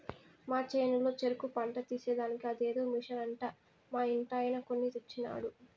మా చేనులో చెరుకు పంట తీసేదానికి అదేదో మిషన్ అంట మా ఇంటాయన కొన్ని తెచ్చినాడు